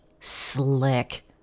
Slick